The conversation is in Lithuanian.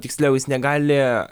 tiksliau jis negali